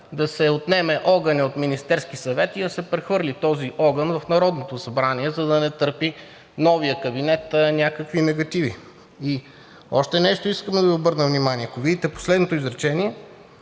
да се отнеме огънят от Министерския съвет и да се прехвърли този огън в Народното събрание, за да не търпи новият кабинет някакви негативи. И на още нещо искам да Ви обърна внимание. Ако видите последното изречение,